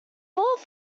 brought